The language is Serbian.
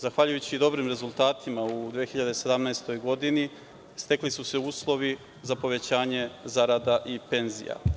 Zahvaljujući dobrim rezultatima u 2017. godini stekli su se uslovi za povećanje zarade i penzija.